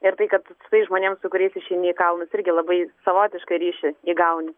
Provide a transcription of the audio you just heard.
ir tai kad tais žmonėm su kuriais išeini į kalnus irgi labai savotišką ryšį įgauni